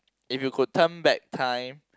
it you could turn back time